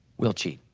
will cheat.